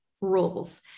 rules